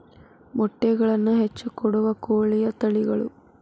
ಮೊಟ್ಟೆಗಳನ್ನ ಹೆಚ್ಚ ಕೊಡುವ ಕೋಳಿಯ ತಳಿಗಳು